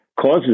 causes